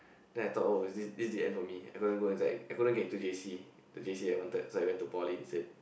then I thought oh is this this is the end for me I couldn't go inside I couldn't get into J_C the J_C I wanted so I went to poly instead